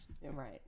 Right